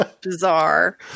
bizarre